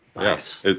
Yes